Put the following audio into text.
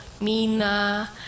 Mina